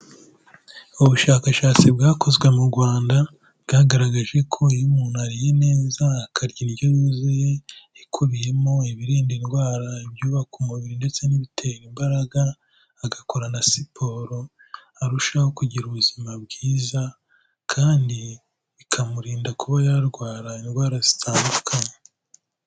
Ubushakashatsi bwakozwe mu Rwanda bwagaragaje ko iyo umuntu ariye neza, akarya indyo yuzuye ikubiyemo ibirinda indwara, ibyubaka umubiri ndetse n'ibitera imbaraga, agakora na siporo arushaho kugira ubuzima bwiza kandi bikamurinda kuba yarwara indwara zitandukanye.